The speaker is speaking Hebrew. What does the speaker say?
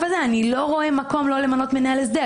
הזה שהוא לא רואה מקום לא למנות מנהל הסדר,